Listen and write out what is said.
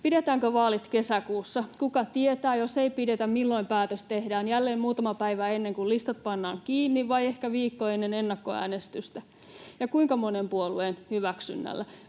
Pidetäänkö vaalit kesäkuussa? Kuka tietää? Jos ei pidetä, milloin päätös tehdään — jälleen muutamaa päivää ennen kuin listat pannaan kiinni vai ehkä viikko ennen ennakkoäänestystä — ja kuinka monen puoleen hyväksynnällä,